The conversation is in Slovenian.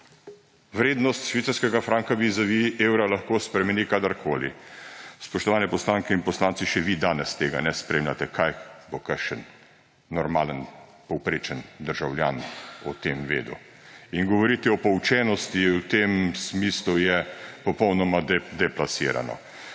vrednost švicarskega franka vizavi evra lahko spremeni kadarkoli. Spoštovane poslanke in poslanci, še vi danes tega ne spremljate, kaj bo šele kakšen normalen, povprečen državljan o tem vedel! In govoriti o poučenosti v tem smislu, je popolnoma deplasirano.